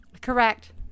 Correct